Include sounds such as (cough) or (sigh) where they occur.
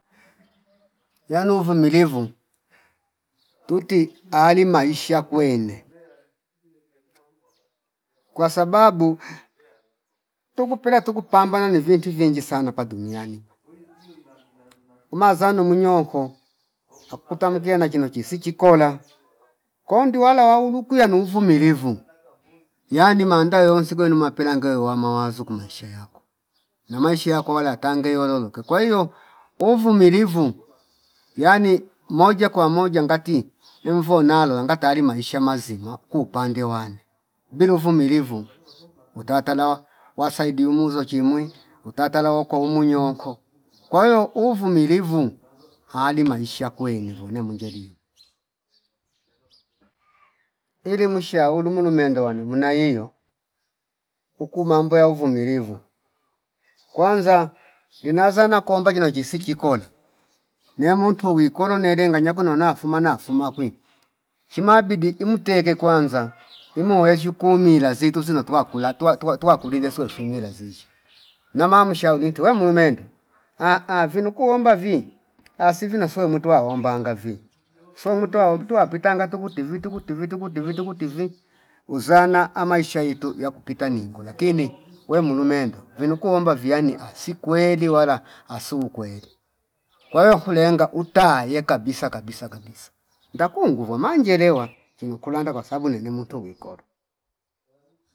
(noise) Yanu uvumilivu uti ali maisha kwene (noise) kwasababu (noise) tukupela tuku pambana ni vintu vingi sana hapa duniani (noise) umazano mwinyoko akuputa mukiana kino kisichi kola ko ndiwala wauluku yanu uvumilivu (noise) yani manda yonsi kwenu mapela ngeyu wa mawazo ku maisha yako na maisha yako wala tange yololoke kwa hio uvumilivu yani moja kwa moja ngati imvo nalo langa tayali maisha mazima kupande wane bilu uvumilivu (noise) utatala wa- wasaidimuzo chimwi utatala wa kwaumu nyonko kwa hio uvumilivu (noise) ali maisha kwenevo ne mwenjilia. Ili mushaulu mulu mende wane muna hiyo uku mambo ya uvuimilivu kwanza nginazana kwamba kino chisiki kole neyamuntu wi kolo nele nganya konona nafuma nafuma kwi chima bidi imuteke kwana (noise) imo wezshwiu kumila zitu zino twa kula tuwa- tuwa- tuwakulile siwe fumi lazizi nama mshauniti we mulu mende ahh vinu kuomba vi asi vino swelu muntu waombanga vi sweo mwito wao tuwa pitangata tukutivitu- ukutivitu- ukutivitu- ukutivitu- ukutiviti uzana amaisha itu yakupita ningo lakini wemulu mende vino kuomba viyani asikweli wala asu kweli, kwa hiyio akulenga uta ye kabisa- kabisa- kabisa ndakua nguvwa manjelewa ingu kulanda kwasabu nene muti wikolo (noise)